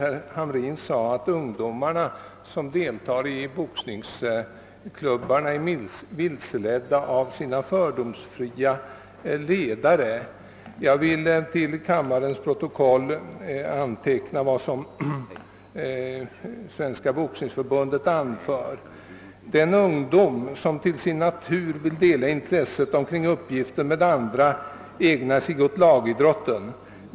Herr Hamrin sade att ungdomarna som deltar i boxningsklubbarna är vilseledda av sina fördomsfria ledare. Till kammarens protokoll önskar jag få antecknat ett uttalande av Svenska boxningsförbundet som lyder på följande sätt: »Den ungdom som till sin natur vill dela intresset omkring uppgiften med andra ägnar sig åt lagidrotten.